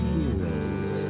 heroes